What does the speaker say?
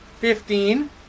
fifteen